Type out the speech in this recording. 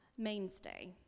Mainstay